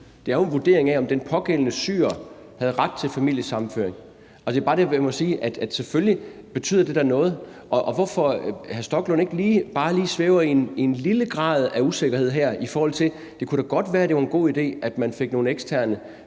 Det er en vurdering af, om den pågældende syrer havde ret til familiesammenføring. Og der må man bare sige, at det da selvfølgelig betyder noget. Hvorfor svæver hr. Rasmus Stoklund ikke i bare en lille grad af usikkerhed, i forhold til om det kunne være en god idé, at man fik nogle eksterne